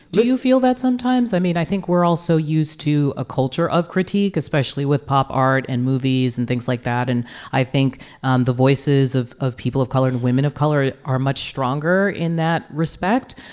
do you feel that sometimes? i mean, i think we're also used to a culture of critique, especially with pop art and movies and things like that. and i think the voices of of people of color and women of color are much stronger in that respect.